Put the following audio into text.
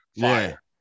Fire